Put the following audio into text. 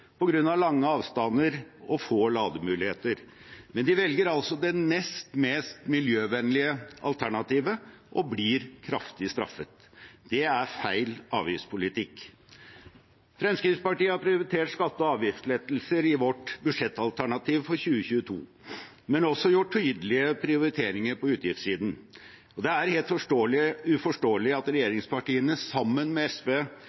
lange avstander og få lademuligheter. Men de velger altså det nest mest miljøvennlige alternativet og blir kraftig straffet. Det er feil avgiftspolitikk. Fremskrittspartiet har prioritert skatte- og avgiftslettelser i vårt budsjettalternativ for 2022, men har også gjort tydelige prioriteringer på utgiftssiden. Det er helt uforståelig at regjeringspartiene sammen med SV